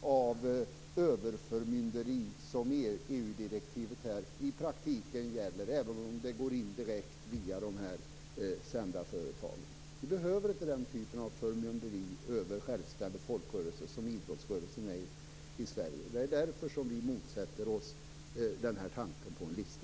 av överförmynderi som EU-direktivet i praktiken gäller, även om det går indirekt via dessa sändarföretag. Vi behöver inte den typen av förmynderi över en självständig folkrörelse som idrottsrörelsen i Sverige. Det är därför som vi motsätter oss tanken på en lista.